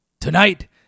Tonight